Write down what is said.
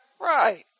Right